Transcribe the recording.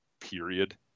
period